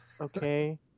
okay